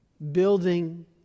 building